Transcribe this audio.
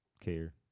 care